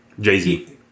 Jay-Z